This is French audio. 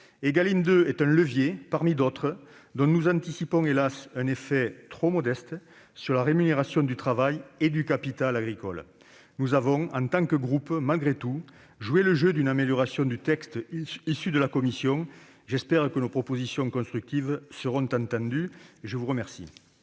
Égalim 2 est un levier parmi d'autres, dont nous anticipons hélas un effet très modeste sur la rémunération du travail et du capital agricole. En tant que groupe, nous avons malgré tout joué le jeu d'une amélioration du texte issu de la commission. J'espère que nos propositions constructives seront entendues. La parole